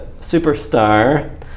superstar